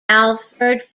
alfred